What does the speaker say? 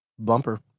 bumper